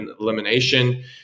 elimination